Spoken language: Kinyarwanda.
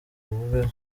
babeho